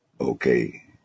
okay